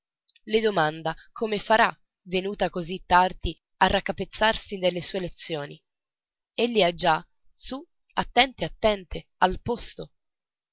le domanda come farà venuta così tardi a raccapezzarsi nelle sue lezioni egli ha già su attente attente al posto